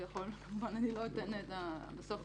בסוף,